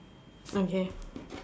okay